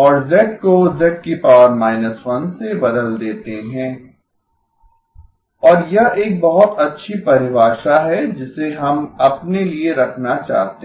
और z को z−1 से बदल देते हैं और यह एक बहुत अच्छी परिभाषा है जिसे हम अपने लिए रखना चाहते हैं